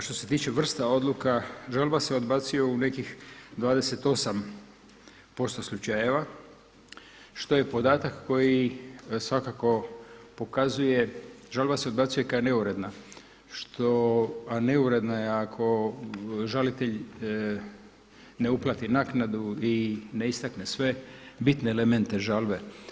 Što se tiče vrsta odluka žalba se odbacuje u nekih 28% slučajeva što je podatak koji svakako pokazuje, žalba se odbacuje kao neuredna što, a neuredna je ako žalitelj ne uplati naknadu i ne istakne sve bitne elemente žalbe.